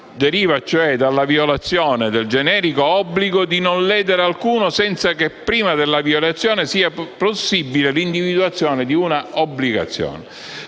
(deriva cioè dalla violazione del generico obbligo di non ledere alcuno senza che prima della violazione sia possibile l'individuazione di una obbligazione).